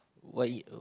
why